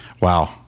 wow